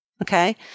Okay